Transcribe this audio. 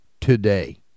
Today